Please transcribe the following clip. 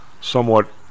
somewhat